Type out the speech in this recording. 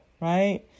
right